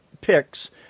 picks